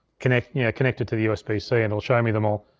connected yeah connected to the usb-c so and it'll show me them all.